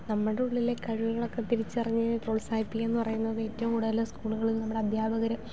നമ്മുടെ ഉള്ളിലെ കഴിവുകളൊക്കെ തിരിച്ചറിഞ്ഞ് പ്രോത്സാഹിപ്പിക്കുകയെന്ന് പറയുന്നത് ഏറ്റവും കൂടുതൽ സ്കൂളുകളിൽ നമ്മുടെ അധ്യാപകർ